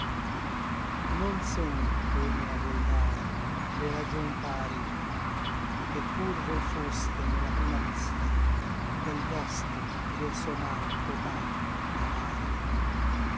non son come a voi par le ragion pari ché pur voi foste ne la prima vista del vostro et del suo mal cotanto avari